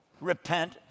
Repent